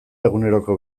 eguneroko